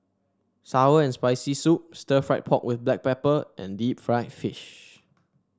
sour and Spicy Soup Stir Fried Pork with Black Pepper and Deep Fried Fish